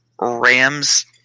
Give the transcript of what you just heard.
Rams